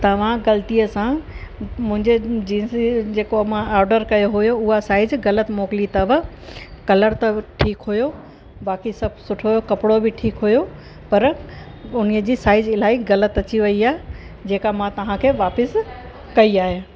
तव्हां ग़लतीअ सां मुंहिंजे जींस जेको मां ऑडर कयो हुयो उहा साइज़ ग़लति मोकिली अथव कलर त ठीकु हुयो बाक़ी सभु सुठो हुयो कपिड़ो बि ठीकु हुयो पर उनजी साइज़ इलाही ग़लति अची वयी आहे जेका मां तव्हांखे वापिसि कयी आहे